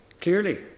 Clearly